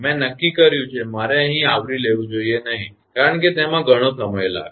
મેં નક્કી કર્યું છે કે મારે અહીં આવરી લેવું જોઈએ નહીં કારણ કે તેમાં ઘણો સમય લાગશે